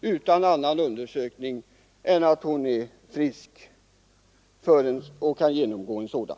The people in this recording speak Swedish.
utan annan undersökning än av om hon är frisk och kan genomgå ingreppet.